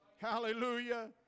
Hallelujah